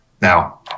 Now